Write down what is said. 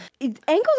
Ankles